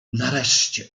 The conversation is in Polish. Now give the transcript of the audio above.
nareszcie